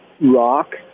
rock